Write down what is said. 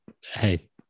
Hey